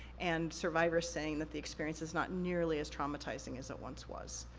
and survivors saying that the experience is not nearly as traumatizing as it once was.